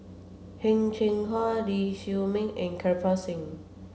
Heng Cheng Hwa Lee Chiaw Meng and Kirpal Singh